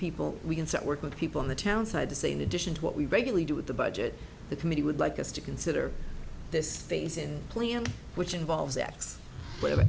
people we can start work with people in the town side to say in addition to what we regularly do with the budget the committee would like us to consider this phase and plan which involves x whatever